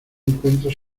encuentra